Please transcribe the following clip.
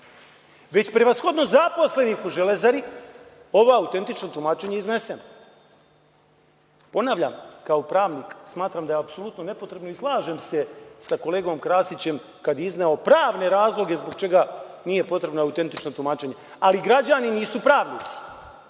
već prevashodno zaposlenih u „Železari“, ova autentična tumačenja iznesemo. Ponavljam, kao pravnik smatram da je apsolutno nepotrebno i slažem se sa kolegom Krasićem, kada je izneo pravne razloge zbog čega nije potrebno autentično tumačenje, ali građani nisu pravnici.